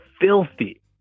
filthy